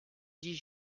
dix